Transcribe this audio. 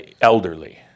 elderly